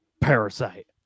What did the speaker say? Parasite